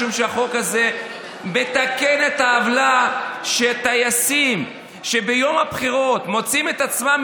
משום שהחוק הזה מתקן את העוולה שטייסים שביום הבחירות מוצאים את עצמם,